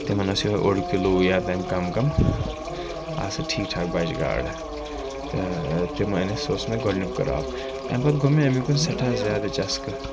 تِمَن ٲس یِہَے اوٚڑ کِلوٗ یا تَمہِ کَم کَم آسَکھ ٹھیٖک ٹھاک بَجہِ گاڈٕ تہٕ تِم أنہِ اَسہِ سُہ اوس مےٚ گۄڈٕنیُک کراپ اَمہِ پَتہٕ گوٚو مےٚ اَمیُکن سٮ۪ٹھاہ زیادٕ چَسکہٕ